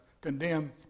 condemn